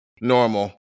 normal